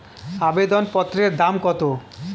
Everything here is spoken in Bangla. আবেদন পত্রের দাম কত?